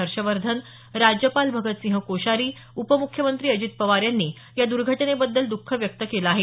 हर्षवर्धन राज्यपाल भगतसिंह कोश्यारी उपमुख्यमंत्री अजित पवार यांनी या दर्घटनेबद्दल द्ख व्यक्त केलं आहे